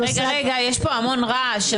רגע, יש פה המון רעש.